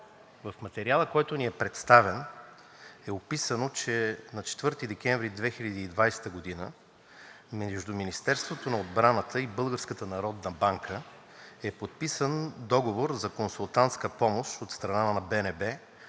В материала, който ни е представен, е описано, че на 4 декември 2020 г. между Министерството на отбраната и Българската народна банка е подписан договор за консултантска помощ от страна на БНБ